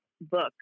book